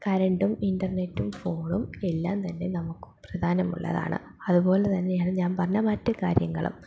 കരണ്ടും ഇൻ്റർനെറ്റും ഫോണും എല്ലാം തന്നെ നമുക്ക് പ്രധാനമുള്ളതാണ് അതുപോലെത്തന്നെയാണ് ഞാൻ പറഞ്ഞ മറ്റു കാര്യങ്ങളും